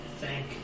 thank